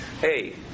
Hey